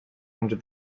under